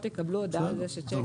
יקבלו הודעה על זה ששיק --- בסדר.